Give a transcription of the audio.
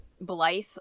Blythe